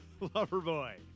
Loverboy